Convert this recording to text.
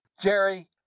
Jerry